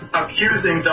accusing